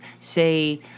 say